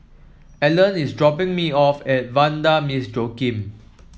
Allan is dropping me off at Vanda Miss Joaquim